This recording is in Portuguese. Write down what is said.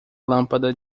lâmpada